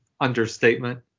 understatement